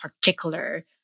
particular